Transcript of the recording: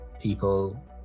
people